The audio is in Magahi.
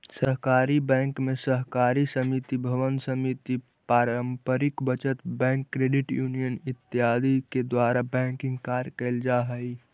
सहकारी बैंक में सहकारी समिति भवन समिति पारंपरिक बचत बैंक क्रेडिट यूनियन इत्यादि के द्वारा बैंकिंग कार्य कैल जा हइ